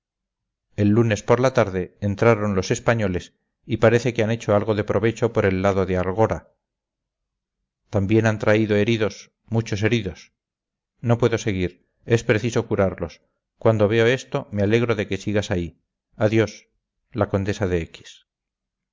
el lunes por la tarde entraron los españoles y parece que han hecho algo de provecho por el lado de algora también han traído heridos muchos heridos no puedo seguir es preciso curarlos cuando veo esto me alegro de que sigas ahí adiós la condesa de x